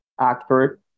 actor